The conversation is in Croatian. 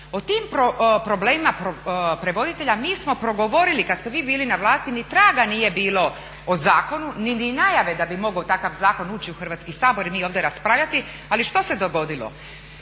O tim problemima prevoditelja mi smo progovorili kad ste vi bili na vlasti, ni traga nije bilo o zakonu ni najave da bi mogao takav zakon ući u Hrvatski sabor i mi ovdje raspravljati. Ali što se dogodilo?